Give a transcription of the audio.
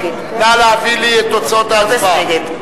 נא להביא לי את תוצאות ההצבעה.